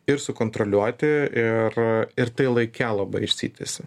ir sukontroliuoti ir ir tai laike labai išsitęsia